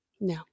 no